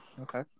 Okay